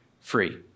free